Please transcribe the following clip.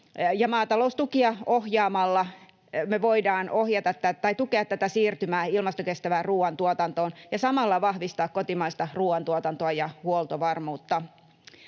maataloustukia ohjaamalla me voidaan ohjata tai tukea tätä siirtymää ilmastokestävään ruuantuotantoon ja samalla vahvistaa kotimaista ruuantuotantoa ja huoltovarmuutta.